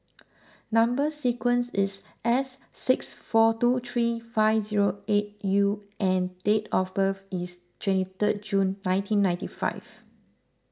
Number Sequence is S six four two three five zero eight U and date of birth is twenty third June nineteen ninety five